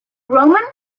roman